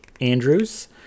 andrews